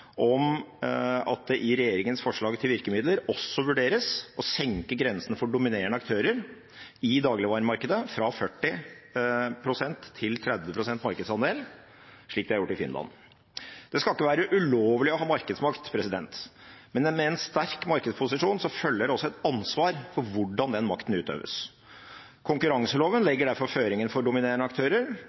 om at det i regjeringens forslag til virkemidler også vurderes å senke grensene for dominerende aktører i dagligvaremarkedet fra 40 pst. til 30 pst. markedsandel, slik de har gjort i Finland. Det skal ikke være ulovlig å ha markedsmakt, men med en sterk markedsposisjon følger det også et ansvar for hvordan den makten utøves. Konkurranseloven legger derfor føringer for dominerende aktører.